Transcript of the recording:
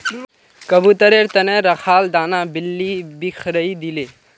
कबूतरेर त न रखाल दाना बिल्ली बिखरइ दिले